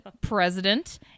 president